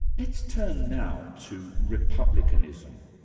let's turn now to republicanism.